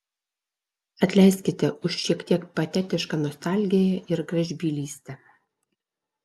atleiskite už šiek tiek patetišką nostalgiją ir gražbylystę